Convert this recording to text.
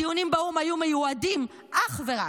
הדיונים באו"ם היו מיועדים אך ורק,